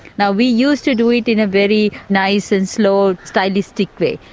now we used to do it in a very nice and slow stylistic way.